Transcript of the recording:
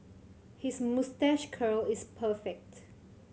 his moustache curl is perfect